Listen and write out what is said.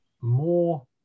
more